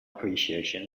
appreciation